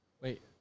Wait